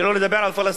שלא לדבר על פלסטין,